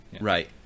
Right